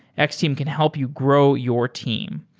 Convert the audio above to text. x-team can help you grow your team.